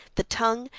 the tongue,